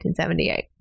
1978